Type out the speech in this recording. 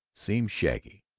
seemed shaggy.